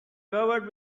covered